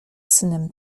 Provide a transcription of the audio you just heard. synem